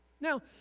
Now